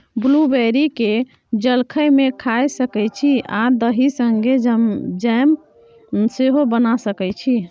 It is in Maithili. ब्लूबेरी केँ जलखै मे खाए सकै छी आ दही संगै जैम सेहो बना सकै छी